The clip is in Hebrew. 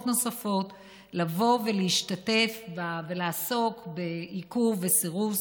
נוספות לבוא ולהשתתף ולעסוק בעיקור וסירוס.